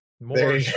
more